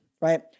right